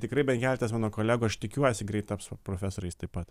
tikrai bent keletas mano kolegų aš tikiuosi greit taps profesoriais taip pat